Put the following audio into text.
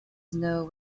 snow